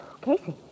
Casey